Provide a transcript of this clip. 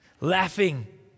Laughing